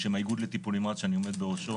בשם האיגוד לטיפול נמרץ שאני עומד בראשו